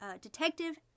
detective